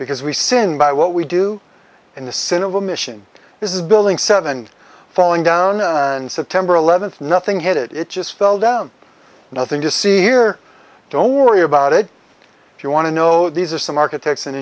because we sin by what we do in the sin of omission is building seven falling down and september eleventh nothing hit it just fell down nothing to see here don't worry about it if you want to know these are some architects and